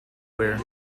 ware